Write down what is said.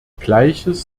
gleiches